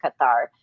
Qatar